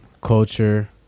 culture